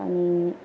अनि